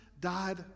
died